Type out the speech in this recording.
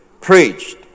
preached